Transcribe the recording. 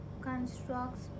constructs